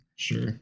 sure